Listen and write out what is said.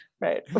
Right